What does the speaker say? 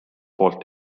poolt